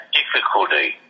difficulty